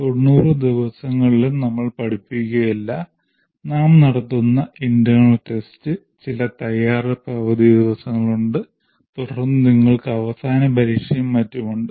90 ദിവസങ്ങളിലും നമ്മൾ പഠിപ്പിക്കുകയില്ല നാം നടത്തുന്ന internal tests ചില തയ്യാറെടുപ്പ് അവധി ദിവസങ്ങളുണ്ട് തുടർന്ന് നിങ്ങൾക്ക് അവസാന പരീക്ഷയും മറ്റും ഉണ്ട്